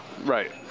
right